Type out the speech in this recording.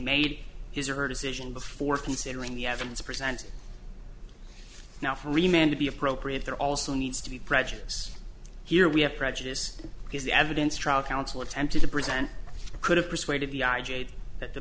made his or her decision before considering the evidence presented now free man to be appropriate there also needs to be prejudice here we have prejudice because the evidence trial counsel attempted to present a could have persuaded the i j a that the